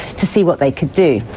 to see what they could do.